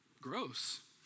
Gross